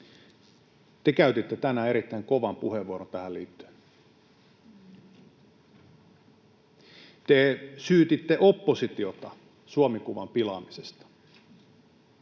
te käytitte tänään erittäin kovan puheenvuoron tähän liittyen. Te syytitte oppositiota Suomi-kuvan pilaamisesta,